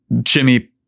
Jimmy